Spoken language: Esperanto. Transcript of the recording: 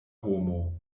homo